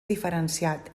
diferenciat